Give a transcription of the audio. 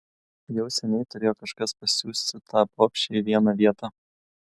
jau seniai turėjo kažkas pasiųsti tą bobšę į vieną vietą